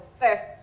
first